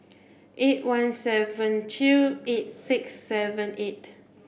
eight one seven two eight six seven eight